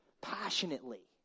passionately